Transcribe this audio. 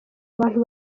abantu